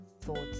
thoughts